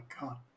god